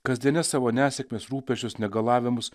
kasdienes savo nesėkmes rūpesčius negalavimus